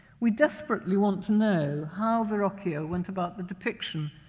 we desperately want to know how verrocchio went about the depiction,